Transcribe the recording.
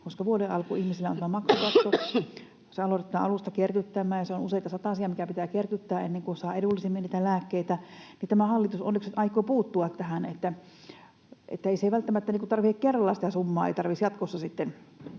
koska vuoden alkuun ihmisillä on tämä maksukatto. Sitä aloitetaan alusta kerryttämään, ja se on useita satasia, mikä pitää kerryttää ennen kuin saa edullisemmin niitä lääkkeitä. Tämä hallitus onneksi nyt aikoo puuttua tähän, niin että ei välttämättä tarvitse kerralla sitä summaa jatkossa sitten